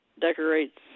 decorates